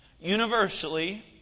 universally